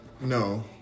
No